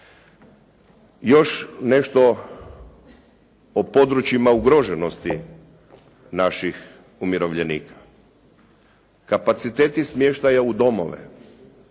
Još nešto o područjima ugroženosti naših umirovljenika. Kapaciteti smještaja u domove